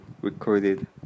recorded